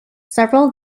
several